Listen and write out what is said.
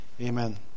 Amen